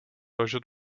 ležet